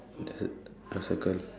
the a circle